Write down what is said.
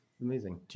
Amazing